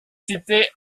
citer